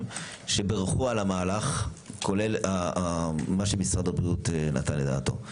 שבירכו על המהלך כולל מה שמשרד הבריאות נתן דעתו.